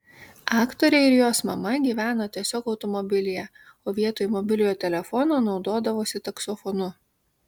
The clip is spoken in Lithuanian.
aktorė ir jos mama gyveno tiesiog automobilyje o vietoj mobiliojo telefono naudodavosi taksofonu